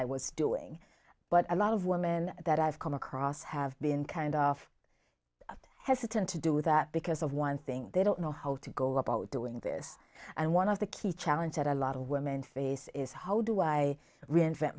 i was doing but a lot of women that i've come across have been kind of hesitant to do that because of one thing they don't know how to go about doing this and one of the key challenge that a lot of women face is how do i reinvent